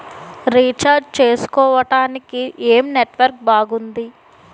Recharge చేసుకోవటానికి ఏం network బాగుంది?